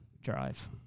drive